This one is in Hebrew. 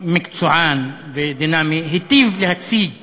כנסת מקצוען ודינמי, היטיב להציג